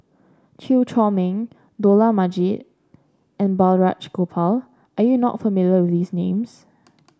Chew Chor Meng Dollah Majid and Balraj Gopal are you not familiar with these names